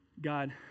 God